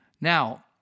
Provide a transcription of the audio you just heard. Now